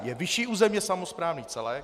Je vyšší územně samosprávný celek.